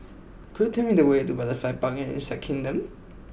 could you tell me the way to Butterfly Park and Insect Kingdom